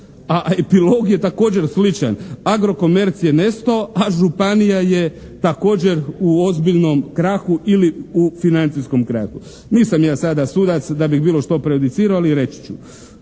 a epilog je također sličan. "Agrokomerc" je nestao, a županija je također u ozbiljnom krahu ili u financijskom krahu. Nisam ja sada sudac da bih bilo što prejudicirao, ali reći ću.